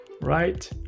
right